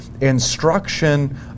instruction